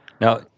Now